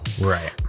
right